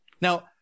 Now